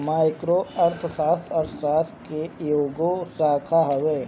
micro अर्थशास्त्र, अर्थशास्त्र के एगो शाखा हवे